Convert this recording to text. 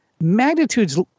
magnitudes